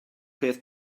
peth